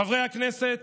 חברי הכנסת,